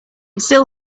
still